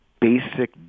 basic